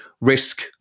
risk